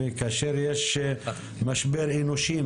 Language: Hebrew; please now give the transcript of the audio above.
כאשר יש משבר אנושי,